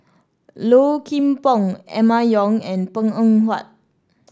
Low Kim Pong Emma Yong and Png Eng Huat